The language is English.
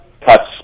Cuts